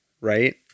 right